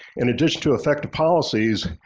in addition to effective policies,